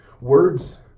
words